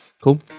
cool